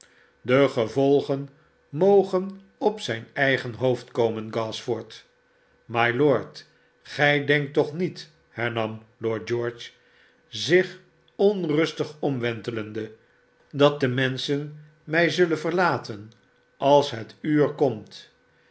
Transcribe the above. de gevolgen mogen op zijn eigen hoofd komen gashford mylord gij denkt toch niet hernam lord george zich onrustig omwentelende dat de menschen mij zullen verlaten als het uur komt